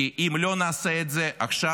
כי אם לא נעשה את זה עכשיו,